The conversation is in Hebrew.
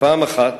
שפעם אחת,